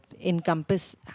encompass